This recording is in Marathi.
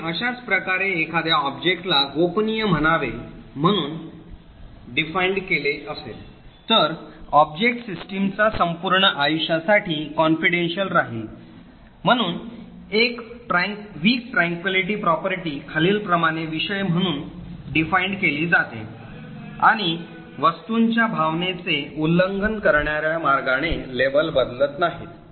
पुढे अशाच प्रकारे एखाद्या ऑब्जेक्टला गोपनीय म्हणावे म्हणून परिभाषित केले असेल तर ऑब्जेक्ट सिस्टमच्या संपूर्ण आयुष्यासाठी confidential राहील म्हणून एक Weak Tranquillity property खालीलप्रमाणे विषय म्हणून परिभाषित केली जाते आणि वस्तूंच्या भावनेचे उल्लंघन करणार्या मार्गाने लेबल बदलत नाहीत